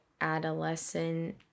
adolescent